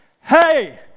hey